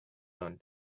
own